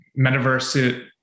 metaverse